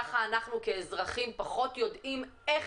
כך אנחנו כאזרחים פחות יודעים איך